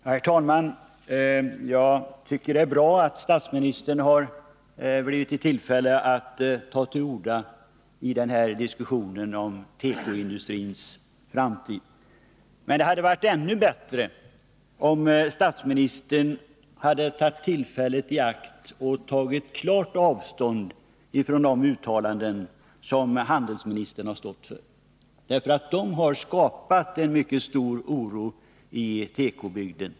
Herr talman! Jag tycker det är bra att statsministern har beretts möjlighet att ta till orda i den här diskussionen om tekoindustrins framtid. Men det hade varit ännu bättre om statsministern hade tagit tillfället i akt att ta klart avstånd från de uttalanden som handelsministern har gjort, eftersom de har skapat en mycket stor oro i tekobygden.